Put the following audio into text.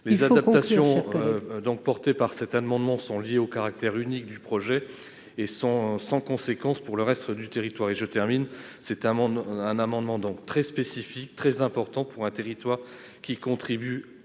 Les adaptations visées par cet amendement sont liées au caractère unique du projet et sont sans conséquence pour le reste du territoire. Il s'agit donc d'un amendement très spécifique, important pour un territoire qui contribue